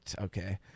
okay